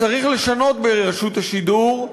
צריך לשנות ברשות השידור,